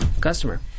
customer